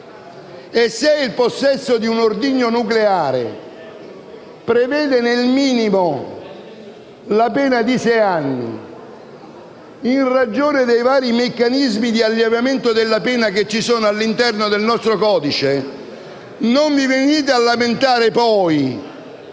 e se il possesso di un ordigno nucleare prevede nel minimo la pena di sei anni, in ragione dei vari meccanismi di alleviamento della pena che ci sono all'interno del nostro codice, non venite poi a lamentarvi